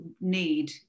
need